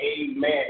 amen